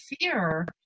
fear